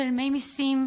משלמים מיסים,